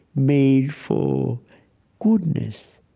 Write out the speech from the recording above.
made for goodness.